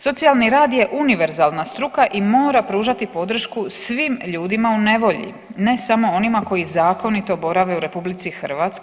Socijalni rad je univerzalna struka i mora pružati podršku svim ljudima u nevolji ne samo onima koji zakonito borave u RH.